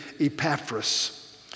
Epaphras